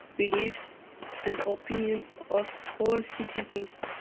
beliefs and opinion of all citizens.